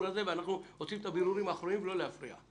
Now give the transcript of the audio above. אנחנו עושים את הבירורים האחרונים ואני מבקש לא להפריע.